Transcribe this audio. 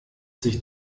sich